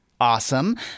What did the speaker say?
Awesome